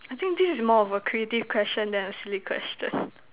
I think this is more of a creative question than a silly question